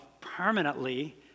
permanently